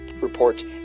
reports